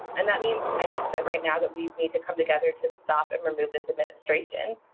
and that means i think that right now that we need to come together to stop and remove this administration.